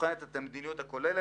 הבוחנת את המדיניות הכוללת,